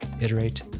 iterate